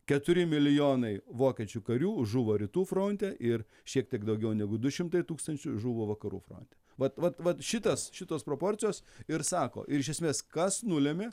keturi milijonai vokiečių karių žuvo rytų fronte ir šiek tiek daugiau negu du šimtai tūkstančių žuvo vakarų fronte vat vat vat šitas šitos proporcijos ir sako ir iš esmės kas nulėmė